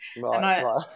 Right